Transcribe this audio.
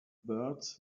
birds